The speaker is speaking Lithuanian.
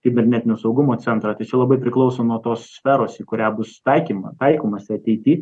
kibernetinio saugumo centrą tai čia labai priklauso nuo tos sferos į kurią bus taikymą taikomasi ateity